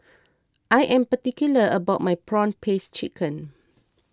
I am particular about my Prawn Paste Chicken